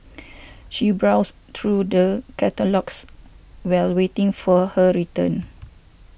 she browsed through the catalogues while waiting for her return